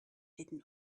hidden